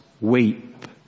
weep